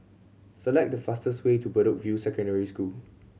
select the fastest way to Bedok View Secondary School